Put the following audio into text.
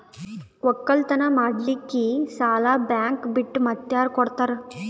ಒಕ್ಕಲತನ ಮಾಡಲಿಕ್ಕಿ ಸಾಲಾ ಬ್ಯಾಂಕ ಬಿಟ್ಟ ಮಾತ್ಯಾರ ಕೊಡತಾರ?